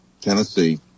Tennessee